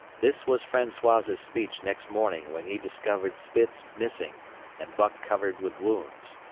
this was francois's speech next morning when he discovered spitz missing and buck covered with wounds.